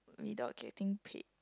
without getting paid